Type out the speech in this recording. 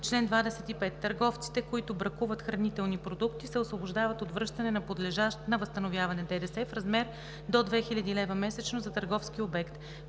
Чл. 25. Търговците, които бракуват хранителни продукти, се освобождават от връщане на подлежащ на възстановяване ДДС в размер до 2000 лв. месечно за търговски обект.“